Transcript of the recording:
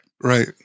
Right